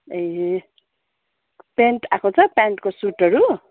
ए pant आएको छ प्यान्टको सुटहरू